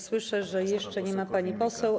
Słyszę, że jeszcze nie ma pani poseł.